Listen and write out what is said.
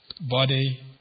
body